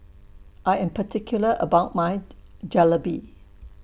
I Am particular about My Jalebi